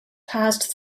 passed